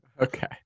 Okay